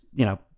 you know,